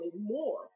more